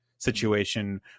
situation